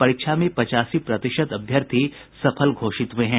परीक्षा में पचासी प्रतिशत अभ्यर्थी सफल घोषित हुये है